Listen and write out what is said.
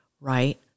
right